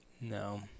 No